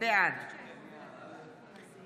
בעד ווליד טאהא,